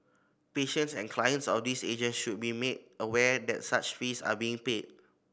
patients and clients of these agent should be made aware that such fees are being paid